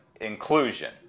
inclusion